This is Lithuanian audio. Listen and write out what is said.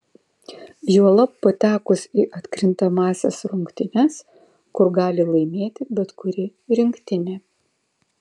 juolab patekus į atkrintamąsias rungtynes kur gali laimėti bet kuri rinktinė